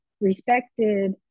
respected